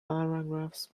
paragraphs